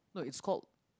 no it's called